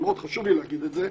וחשוב לי מאוד להגיד את זה,